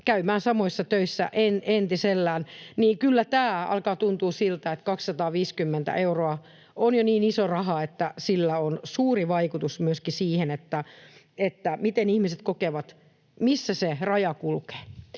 käymään samoissa töissä entisellään, niin kyllä tämä alkaa tuntua siltä, että 250 euroa on jo niin iso raha, että sillä on suuri vaikutus myöskin siihen, miten ihmiset kokevat, missä se raja kulkee.